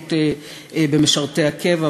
מההשתלחות במשרתי הקבע,